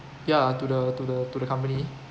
ya to the to the to the company